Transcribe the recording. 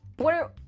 what a.